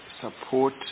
support